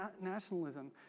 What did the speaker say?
nationalism